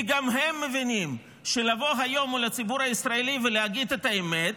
כי גם הם מבינים שלבוא היום מול הציבור הישראלי ולהגיד את האמת,